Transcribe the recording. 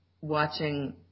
watching